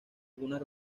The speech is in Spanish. algunas